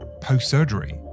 post-surgery